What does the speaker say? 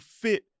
fit